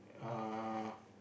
uh